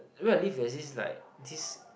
where I live that is like this